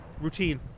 routine